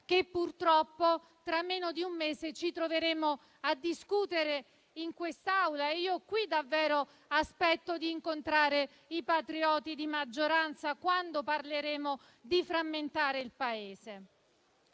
che purtroppo tra meno di un mese ci troveremo a discutere in quest'Aula: qui davvero aspetto di incontrare i patrioti di maggioranza, quando parleremo di frammentare il Paese.